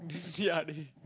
ya they